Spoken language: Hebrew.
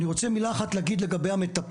אני רוצה להגיד כמה מילים לגבי המטפלים